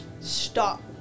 Stop